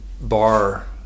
bar